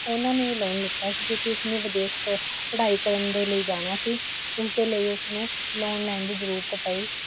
ਉਹਨਾਂ ਨੇ ਲੋਨ ਲਿੱਤਾ ਸੀ ਕਿਉਂਕਿ ਉਸਨੇ ਵਿਦੇਸ਼ 'ਚ ਪੜ੍ਹਾਈ ਕਰਨ ਦੇ ਲਈ ਜਾਣਾ ਸੀ ਉਸ ਦੇ ਲਈ ਉਸਨੂੰ ਲੋਨ ਲੈਣ ਦੀ ਜ਼ਰੂਰਤ ਪਈ